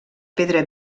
pedra